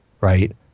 right